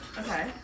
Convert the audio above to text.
Okay